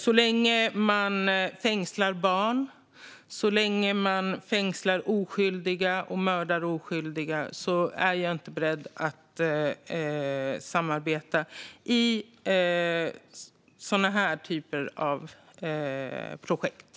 Så länge man fängslar barn och oskyldiga och mördar oskyldiga är jag inte beredd att samarbeta i sådana här typer av projekt.